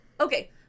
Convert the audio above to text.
Okay